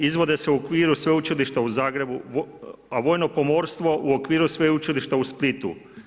Izvode se u okviru Sveučilišta u Zagrebu, a vojno pomorstvo u okviru Sveučilišta u Splitu.